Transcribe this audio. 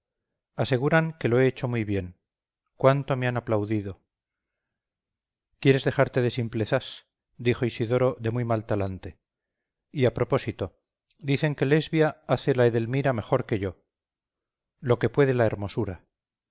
aseguran que lo he hecho muy bien cuánto me han aplaudido quieres dejarte de simplezas dijo isidoro de muy mal talante y a propósito dicen que lesbia hace la edelmira mejor que yo lo que puede la hermosura